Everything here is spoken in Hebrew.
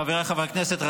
חבריי חברי הכנסת,